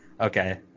okay